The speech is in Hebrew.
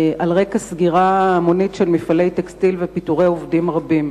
על רקע סגירה המונית של מפעלי טקסטיל ופיטורי עובדים רבים,